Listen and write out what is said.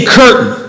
curtain